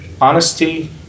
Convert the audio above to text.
honesty